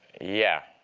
yeah,